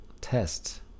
test